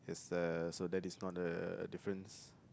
the so that is not the difference